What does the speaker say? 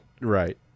Right